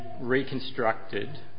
reconstructed